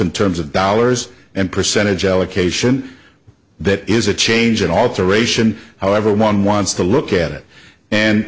in terms of dollars and percentage allocation that is a change alteration however one wants to look at it and